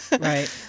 Right